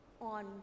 on